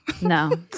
No